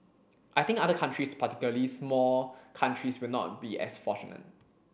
I think other countries particularly small countries will not be as fortunate